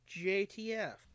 JTF